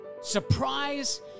Surprise